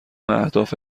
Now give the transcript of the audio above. اهداف